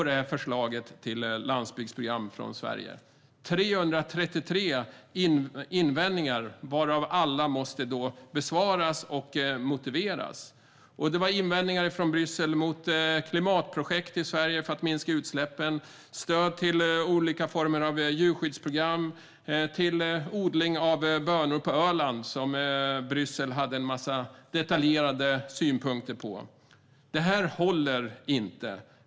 Det var 333 invändningar mot förslaget till landsbygdsprogram från Sverige. Alla måste besvaras, och det måste motiveras. Det var invändningar från Bryssel mot klimatprojekt i Sverige för att minska utsläppen och mot stöd till olika former av djurskyddsprogram och till odling av bönor på Öland. Detta hade man i Bryssel en massa detaljerade synpunkter på. Det håller inte.